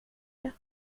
det